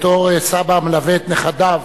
בתור סבא המלווה את נכדיו